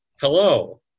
hello